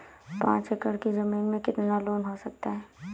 पाँच एकड़ की ज़मीन में कितना लोन हो सकता है?